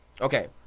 Okay